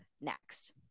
next